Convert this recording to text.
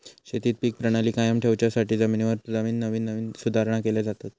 शेतीत पीक प्रणाली कायम ठेवच्यासाठी जमिनीवर नवीन नवीन सुधारणा केले जातत